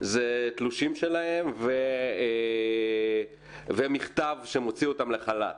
זה תלושים שלהם ומכתב שמוציא אותם לחל"ת.